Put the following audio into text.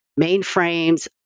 mainframes